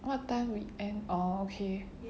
what time we end oh okay